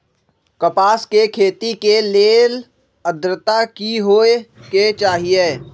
कपास के खेती के लेल अद्रता की होए के चहिऐई?